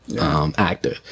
actor